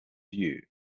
view